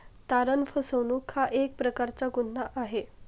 तारण फसवणूक हा एक प्रकारचा गुन्हा आहे